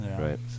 Right